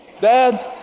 Dad